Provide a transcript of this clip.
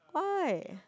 why